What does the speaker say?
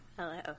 Hello